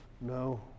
No